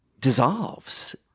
dissolves